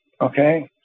Okay